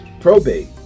probate